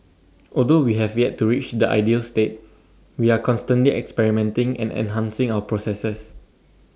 although we have yet to reach the ideal state we are constantly experimenting and enhancing our processes